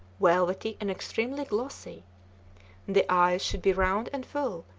velvety and extremely glossy the eyes should be round and full,